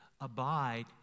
abide